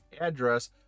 address